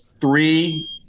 three